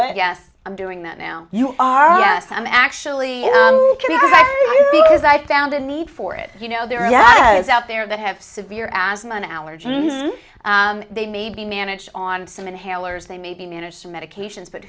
it yes i'm doing that now you are i'm actually because i found a need for it you know there are yes out there that have severe asthma and allergies they may be managed on some inhalers they may be managed medications but